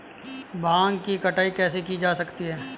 भांग की कटाई कैसे की जा सकती है?